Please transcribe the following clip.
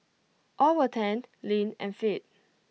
all were tanned lean and fit